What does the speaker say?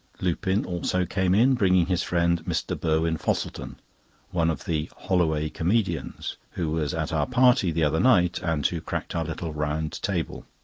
lupin also came in, bringing his friend, mr. burwin-fosselton one of the holloway comedians who was at our party the other night, and who cracked our little round table.